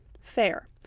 Fair